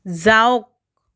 যাওক